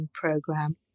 program